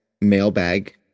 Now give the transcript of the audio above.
mailbag